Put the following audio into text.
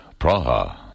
Praha